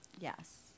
Yes